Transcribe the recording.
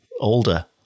older